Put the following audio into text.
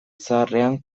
zaharrean